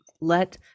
let